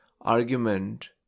argument